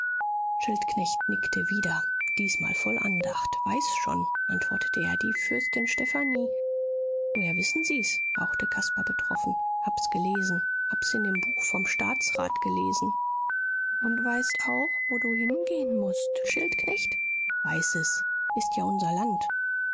schildknecht nickte wieder diesmal voll andacht weiß schon antwortete er die fürstin stephanie woher wissen sie's hauchte caspar betroffen hab's gelesen hab's in dem buch vom staatsrat gelesen und weißt auch wo du hingehen mußt schildknecht weiß es ist ja unser land